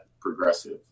Progressive